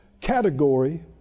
category